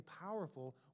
powerful